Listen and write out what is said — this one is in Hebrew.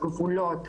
על גבולות,